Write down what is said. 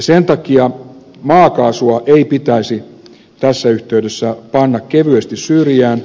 sen takia maakaasua ei pitäisi tässä yhteydessä panna kevyesti syrjään